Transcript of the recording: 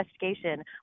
investigation